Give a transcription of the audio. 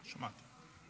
שמעתי.